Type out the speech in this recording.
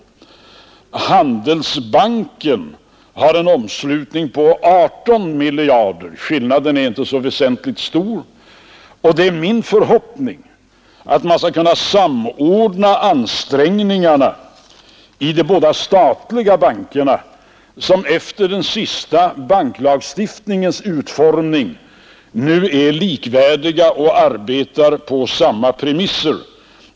Svenska handelsbanken har en omslutning på 18 miljarder kronor — skillnaden är inte så väsentlig. Det är också min förhoppning att man skall kunna samordna ansträngningarna när det gäller de båda statliga bankerna som på grund av den senaste banklagstiftningens utformning nu är likvärdiga och arbetar på samma premisser.